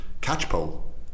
Catchpole